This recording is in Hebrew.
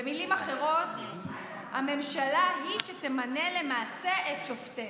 במילים אחרות, הממשלה היא שתמנה למעשה את שופטיה".